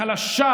הגיבו,